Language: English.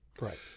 Right